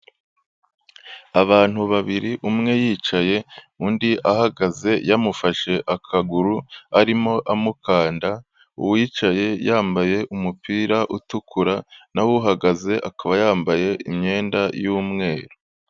Abantu babiri umwe yicaye undi ahagaze yamufashe akaguru arimo amukanda. Uwicaye yambaye umupira utukura naho uhagaze akaba yambaye imyenda y’ umweru.